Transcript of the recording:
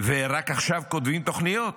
ורק עכשיו קובעים תוכניות,